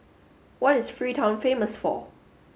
what is Freetown famous for